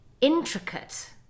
intricate